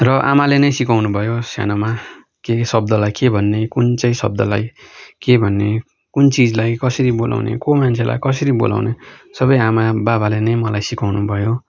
र आमाले नै सिकाउनुभयो सानोमा केही शब्दलाई के भन्ने कुन चाहिँ शब्दलाई के भन्ने कुन चिजलाई कसरी बोलाउने को मान्छेलाई कसरी बोलाउने सबै आमा बाबाले नै मलाई सिकाउनुभयो